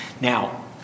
Now